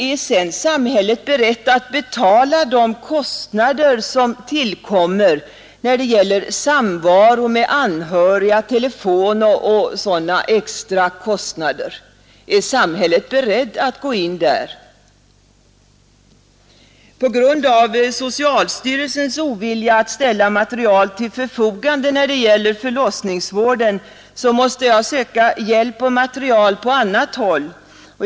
Är sedan samhället berett att betala de kostnader som tillkommer när det gäller samvaro med anhöriga, telefon o.d.? Är samhället berett att gå in där? På grund av socialstyrelsens ovilja att ställa material till förfogande när det gäller förlossningsvården måste jag söka hjälp och material på annat håll.